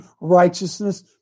righteousness